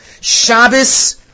Shabbos